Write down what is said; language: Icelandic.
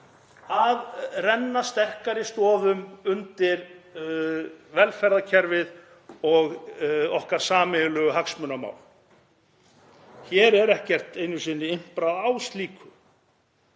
að renna sterkari stoðum undir velferðarkerfið og okkar sameiginlegu hagsmunamál. Hér er ekki einu sinni imprað á slíku.